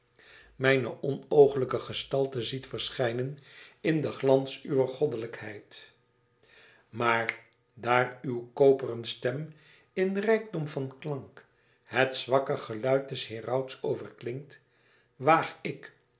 mijne onooglijke gestalte ziet verschijnen in den glans uwer goddelijkheid maar daar uw koperen stem in rijkdom van klank het zwakke geluid des herauts overklinkt waag ik